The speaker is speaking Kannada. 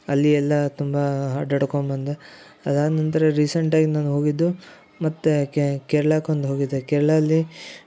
ಅಲ್ಲಿ ಎಲ್ಲ ತುಂಬ ಅಡ್ಡಾಡ್ಕೊಂಡ್ಬಂದೆ ಅದಾದ ನಂತರ ರೀಸೆಂಟಾಗಿ ನಾನು ಹೋಗಿದ್ದು ಮತ್ತು ಕೇರಳಕ್ಕೆ ಒಂದು ಹೋಗಿದ್ದೆ ಕೇರಳ ಅಲ್ಲಿ